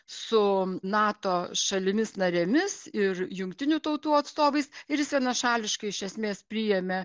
su nato šalimis narėmis ir jungtinių tautų atstovais ir jis vienašališkai iš esmės priėmė